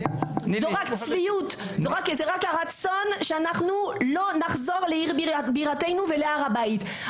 זו צביעות וזה רק הרצון שאנחנו לא נחזור לעיר בירתנו ולהר הבית.